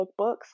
lookbooks